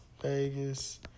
Vegas